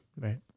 right